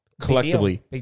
collectively